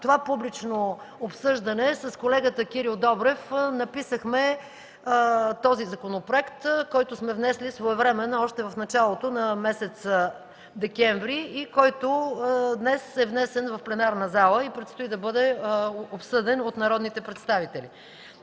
това публично обсъждане с колегата Кирил Добрев написахме този законопроект, който сме внесли още в началото на месец декември, днес е внесен в пленарната зала и предстои да бъде обсъден от народните представители.